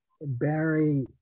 Barry